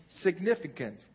significant